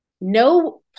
No